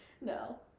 No